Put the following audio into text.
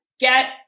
get